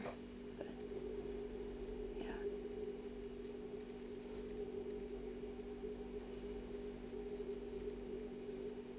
but ya